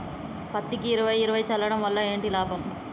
పత్తికి ఇరవై ఇరవై చల్లడం వల్ల ఏంటి లాభం?